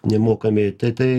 nemokami tai tai